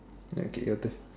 okay your turn